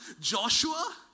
Joshua